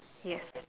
yes